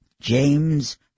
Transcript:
James